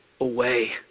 away